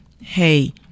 hey